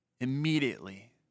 Immediately